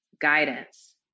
guidance